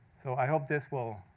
so i hope this will